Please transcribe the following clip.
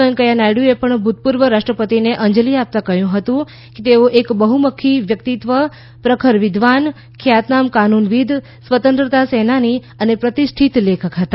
વેકૈયાહ નાયડુએ પણ ભુતપુર્વ રાષ્ટ્રપતિને અંજલી આપતા કહયું હતું કે તેઓ એક બહ્મુખી વ્યકિતત્વ પ્રબર વિદ્વાન ખ્યાતનામ કાનૂન વિદ સ્વતંત્રતા સેનાની અને પ્રતીષ્ઠીત લેખક હતા